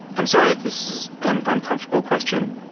i'm sorry if this is an uncomfortable question,